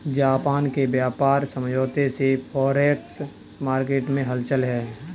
Japan के व्यापार समझौते से फॉरेक्स मार्केट में हलचल है